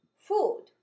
food